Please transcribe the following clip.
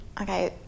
Okay